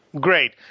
Great